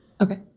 Okay